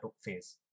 phase